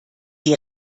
die